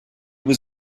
was